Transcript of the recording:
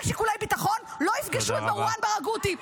שיקולי ביטחון לא יפגשו את מרואן ברגותי.